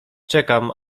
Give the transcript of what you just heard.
czekam